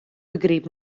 begryp